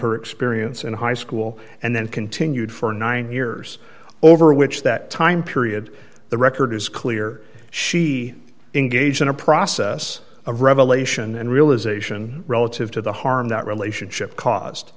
her experience in high school and then continued for nine years over which that time period the record is clear she engaged in a process of revelation and realisation relative to the harm that relationship caused